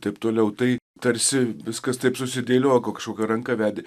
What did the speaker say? taip toliau tai tarsi viskas taip susidėliojo kažkokia ranka vedė